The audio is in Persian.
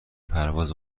پرواز